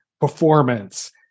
performance